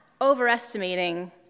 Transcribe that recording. overestimating